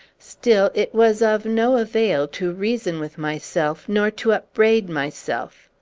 still, it was of no avail to reason with myself nor to upbraid myself.